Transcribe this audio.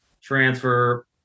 transfer